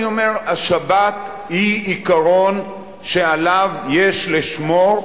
אני אומר, השבת היא עיקרון שעליו יש לשמור,